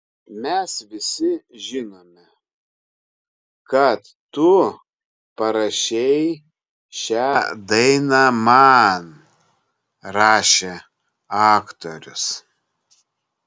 mes visi žinome kad tu parašei šią dainą man rašė aktorius